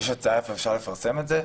יש לך איפה אפשר לפרסם זה?